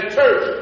church